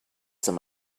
some